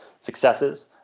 successes